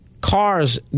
cars